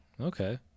okay